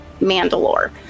Mandalore